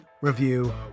review